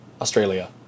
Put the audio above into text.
Australia